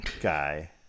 guy